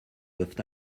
peuvent